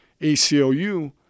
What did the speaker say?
ACLU